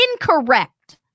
incorrect